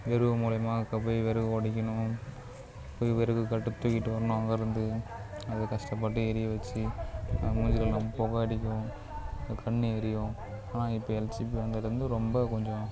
வெறுவு மூலியமாக அங்க போய் வெறுவு உடைக்கணும் போய் வெறுவு கட்டையை தூக்கிகிட்டு வரணும் அங்கே இருந்து அதை கஷ்டப்பட்டு எரிய வச்சு அது மூஞ்சியில எல்லாம் புக அடிக்கும் அது கண்ணு எரியும் ஆனால் இப்போ எல்ஜிபி வந்ததுலே இருந்து ரொம்ப கொஞ்சம்